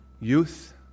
youth